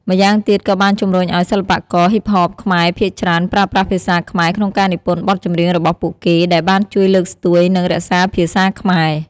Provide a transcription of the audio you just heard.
ម្យ៉ាងទៀត ក៏បានជំរុញអោយ សិល្បករ ហ៊ីបហប ខ្មែរភាគច្រើនប្រើប្រាស់ភាសាខ្មែរក្នុងការនិពន្ធបទចម្រៀងរបស់ពួកគេ ដែលបានជួយលើកស្ទួយ និងរក្សាភាសាខ្មែរ។